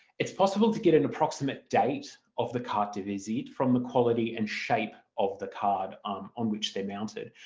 it's possible to get an approximate date of the carte de visite from the quality and shape of the card on on which they're mounted.